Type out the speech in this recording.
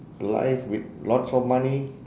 life with lots of money